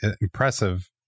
impressive